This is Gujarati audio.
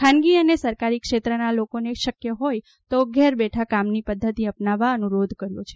ખાનગી અને સરકારી ક્ષેત્રના લોકોને શક્ય હોય તો ઘેર બેઠા કામની પદ્ધતિ અપનાવવા અનુરોધ કર્યો છે